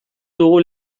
dugu